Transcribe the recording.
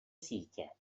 sítě